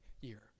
year